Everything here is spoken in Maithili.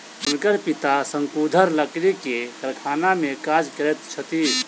हुनकर पिता शंकुधर लकड़ी के कारखाना में काज करैत छथि